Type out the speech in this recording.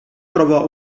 trovò